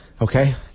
Okay